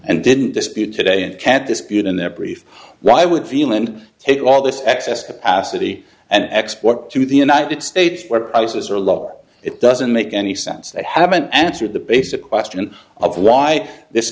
and didn't dispute today and can't dispute in their brief why would feel and take all this excess capacity and export to the united states where prices are lower it doesn't make any sense they haven't answered the basic question of why this